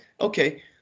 okay